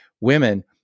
women